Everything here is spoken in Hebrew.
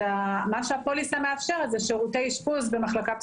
מה שהפוליסה מאפשרת זה שירותי אשפוז במחלקה פסיכיאטרית,